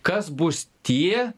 kas bus tie